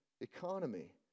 economy